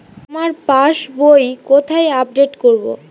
আমার পাস বই কোথায় আপডেট করব?